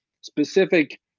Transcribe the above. specific